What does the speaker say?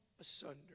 asunder